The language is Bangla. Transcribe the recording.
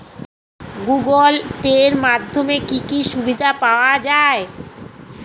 গুগোল পে এর মাধ্যমে কি কি সুবিধা পাওয়া যায়?